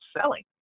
selling